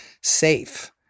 safe